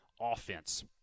offense